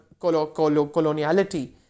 coloniality